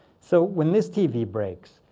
so when this tv breaks,